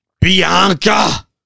Bianca